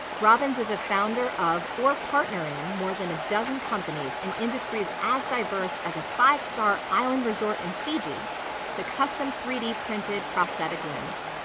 robbins is a founder of or partner in more than a dozen companies in industries as diverse as a five star island resort in fiji to custom three d printed prosthetic limbs.